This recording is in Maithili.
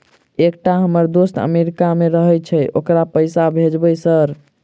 एकटा हम्मर दोस्त अमेरिका मे रहैय छै ओकरा पैसा भेजब सर?